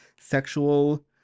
sexual